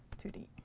two d.